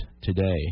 today